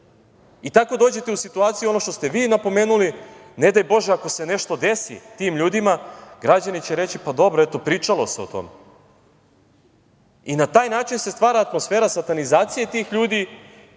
I tako dođete u situaciju, ono što ste vi napomenuli, ne daj Bože ako se nešto desi tim ljudima, građani će reći – pa, dobro, pričalo se o tome. I na taj način se stvara atmosfera satanizacije tih ljudi,